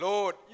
Lord